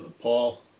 Paul